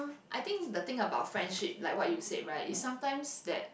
I think the thing about friendship like what you said right is sometimes that